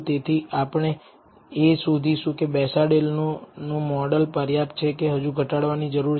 તેથી આપણે એ શોધીશુ કે બેસાડેલ નું મોડલ પર્યાપ્ત છે કે હજુ ઘટાડવાની જરૂર છે